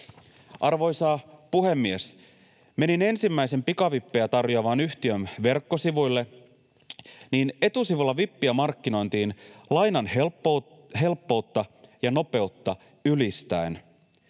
Arvoisa puhemies! Kun menin ensimmäisen pikavippejä tarjoavan yhtiön verkkosivuille, niin etusivulla vippiä markkinoitiin lainan helppoutta ja nopeutta ylistäen.